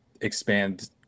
expand